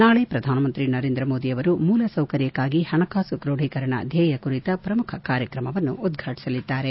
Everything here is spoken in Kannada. ನಾಳೆ ಪ್ರಧಾನಮಂತ್ರಿ ನರೇಂದ್ರ ಮೋದಿಯವರು ಮೂಲ ಸೌಕರ್ಯಕ್ನಾಗಿ ಹಣಕಾಸು ಕ್ರೋಡೀಕರಣ ಧ್ಲೇಯ ಕುರಿತ ಪ್ರಮುಖ ಕಾರ್ಯಕ್ರಮವನ್ನು ಉದ್ವಾಟಿಸಲಿದ್ದಾರೆ